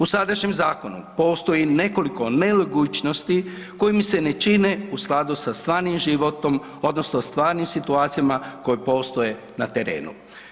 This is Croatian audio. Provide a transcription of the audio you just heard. U sadašnjem zakonu postoji nekoliko nelogičnosti koje mi se ne čine u skladu sa stvarnim životom odnosno stvarnim situacijama koje postoje na terenu.